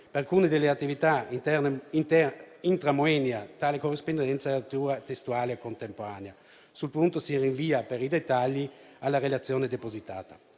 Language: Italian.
Per alcune delle attività *intra moenia* tale corrispondenza è testuale e contemporanea. Sul punto si rinvia, per i dettagli, alla relazione depositata.